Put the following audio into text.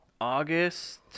August